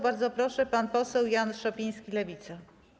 Bardzo proszę, pan poseł Jan Szopiński, Lewica.